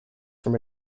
from